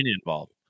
involved